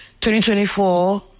2024